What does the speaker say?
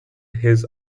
his